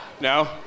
No